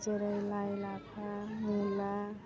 जेरै लाइ लाफा मुला